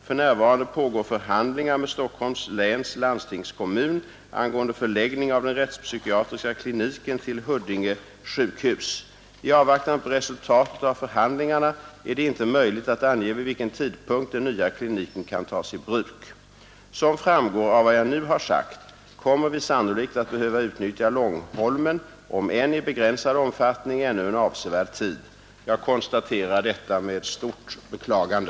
För närvarande pågår förhandlingar med Stockholms läns landstingskommun angående förläggning av den rättspsykiatriska kliniken till Huddinge sjukhus. I avvaktan på resultatet av förhandlingarna är det inte möjligt att ange vid vilken tidpunkt den nya kliniken kan tagas i bruk. Som framgår av vad jag nu har sagt kommer vi sannolikt att behöva utnyttja Långholmen — om än i begränsad omfattning — ännu en avsevärd tid. Jag konstaterar detta med stort beklagande.